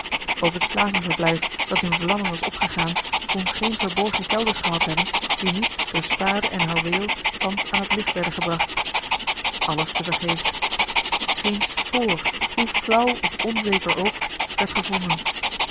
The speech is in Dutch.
ook het slavenverblijf dat in vlammen was opgegaan kon geen verborgen kelders gehad hebben die niet door spade en houweel thans aan het licht werden gebracht alles tevergeefs geen spoor hoe flauw of onzeker ook werd gevonden